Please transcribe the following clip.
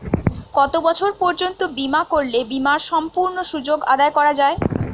কত বছর পর্যন্ত বিমা করলে বিমার সম্পূর্ণ সুযোগ আদায় করা য়ায়?